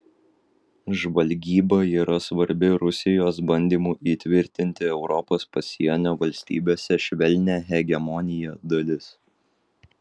žvalgyba yra svarbi rusijos bandymų įtvirtinti europos pasienio valstybėse švelnią hegemoniją dalis